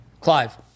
Clive